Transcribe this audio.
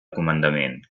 comandament